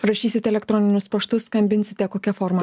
rašysit elektroninius paštus skambinsite kokia forma